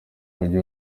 mujyi